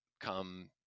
come